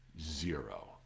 Zero